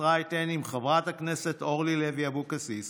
רייטן עם חברת הכנסת אורלי לוי אבקסיס